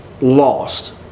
lost